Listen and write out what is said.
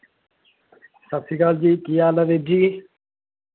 ਸਤਿ ਸ਼੍ਰੀ ਅਕਾਲ ਜੀ ਕੀ ਹਾਲ ਹੈ ਵੀਰ ਜੀ